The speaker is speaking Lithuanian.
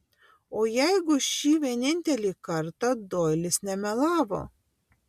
o jeigu šį vienintelį kartą doilis nemelavo